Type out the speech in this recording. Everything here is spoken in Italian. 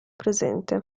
presente